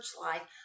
life